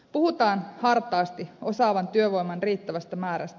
puhutaan hartaasti osaavan työvoiman riittävästä määrästä